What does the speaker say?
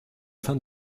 fin